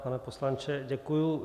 Pane poslanče, děkuji.